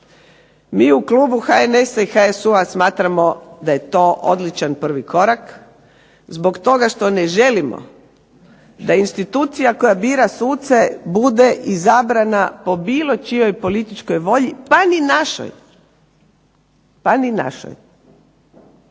Mi u klubu HNS-HSU-a smatramo da je to odličan prvi korak zbog toga što ne želimo da institucija koja bira suce bude izabrana po bilo čijoj političkoj volji pa ni našoj, pa ni našoj.